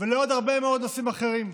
ולעוד הרבה מאוד נושאים אחרים.